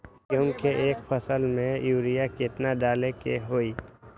गेंहू के एक फसल में यूरिया केतना डाले के होई?